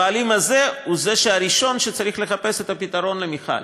הבעלים הזה הוא הראשון שצריך לחפש את הפתרון למכל.